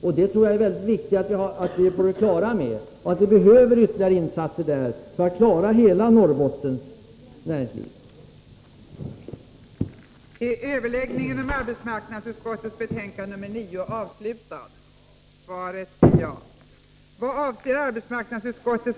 Jag tror det är väldigt viktigt att vi är på det klara med detta och att vi tänker på att det behövs insatser i kustområdena för att hjälpa hela Norrbottens näringsliv.